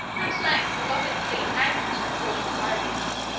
at length the gothic fleet anchored in the port of piraeus,